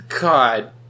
God